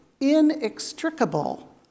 inextricable